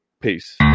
Peace